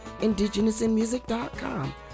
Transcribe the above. indigenousinmusic.com